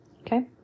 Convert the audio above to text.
Okay